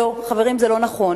לא, חברים, זה לא נכון.